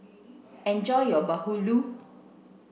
enjoy your bahulu